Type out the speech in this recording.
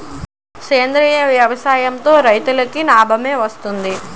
సేంద్రీయ వ్యవసాయం తో రైతులకి నాబమే వస్తది